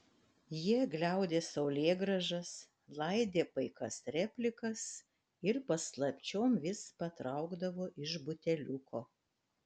jie gliaudė saulėgrąžas laidė paikas replikas ir paslapčiom vis patraukdavo iš buteliuko